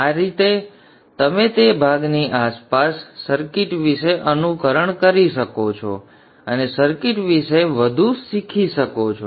આ રીતે તમે તે ભાગની આસપાસ સર્કિટ વિશે અનુકરણ કરી શકો છો અને સર્કિટ વિશે વધુ શીખી શકો છો